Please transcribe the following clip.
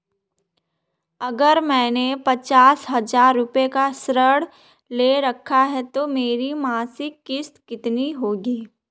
अगर मैंने पचास हज़ार रूपये का ऋण ले रखा है तो मेरी मासिक किश्त कितनी होगी?